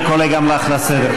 אני קורא גם אותך לסדר.